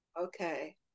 okay